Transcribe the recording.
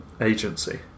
agency